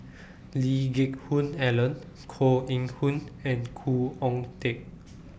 Lee Geck Hoon Ellen Koh Eng Hoon and Khoo Oon Teik